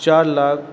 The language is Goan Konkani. चार लाख